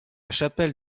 chapelle